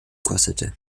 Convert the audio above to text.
kostete